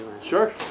Sure